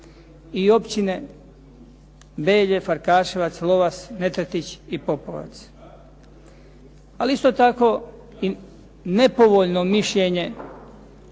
i općine Belje, Farkaševac, Lovas, Netretić i Popovac. Ali isto tako nepovoljno mišljenje